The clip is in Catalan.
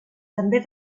també